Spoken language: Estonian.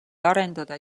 arendada